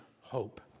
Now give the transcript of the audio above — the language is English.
hope